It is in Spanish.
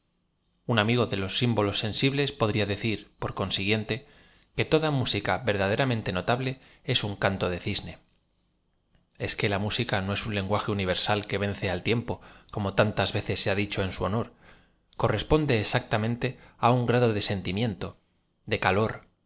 un amigo de los símbolos sensibles podría decir por consiguiente que toda música v e r daderamente ttotable ea un canto del cisne ea que la música no es un lenguaje univeraal que vence al tiem po como taúcas veces se ha dicho en su honor corres ponde exactamente á un grado de sentimiento de ca